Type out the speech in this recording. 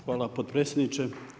Hvala potpredsjedniče.